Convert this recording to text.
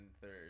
third